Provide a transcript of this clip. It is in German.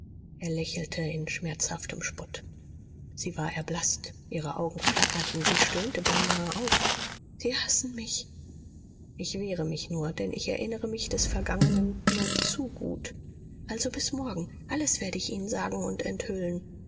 er lächelte in schmerzhaftem spott sie war erblaßt ihre augen flackerten sie stöhnte beinahe auf sie hassen mich ich wehre mich nur denn ich erinnere mich des vergangenen nur zu gut also bis morgen alles werde ich ihnen sagen und enthüllen